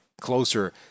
closer